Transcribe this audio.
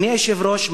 אדוני היושב-ראש,